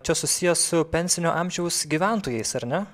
čia susiję su pensinio amžiaus gyventojais ar ne